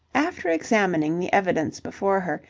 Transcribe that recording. after examining the evidence before her,